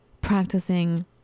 practicing